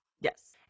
Yes